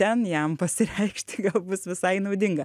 ten jam pasireikšti gal bus visai naudinga